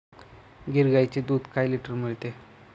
गीर गाईचे दूध काय लिटर मिळते?